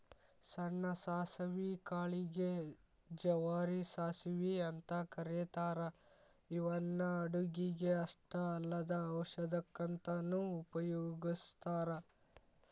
ಸಣ್ಣ ಸಾಸವಿ ಕಾಳಿಗೆ ಗೆ ಜವಾರಿ ಸಾಸವಿ ಅಂತ ಕರೇತಾರ ಇವನ್ನ ಅಡುಗಿಗೆ ಅಷ್ಟ ಅಲ್ಲದ ಔಷಧಕ್ಕಂತನು ಉಪಯೋಗಸ್ತಾರ